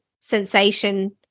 sensation